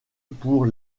pour